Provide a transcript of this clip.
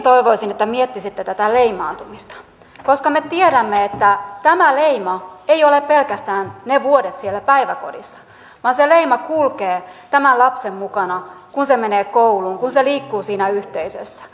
myöskin toivoisin että miettisitte tätä leimaantumista koska me tiedämme että tämä leima ei ole pelkästään ne vuodet siellä päiväkodissa vaan se leima kulkee tämän lapsen mukana kun hän menee kouluun kun hän liikkuu siinä yhteisössä